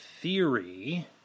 theory